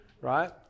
right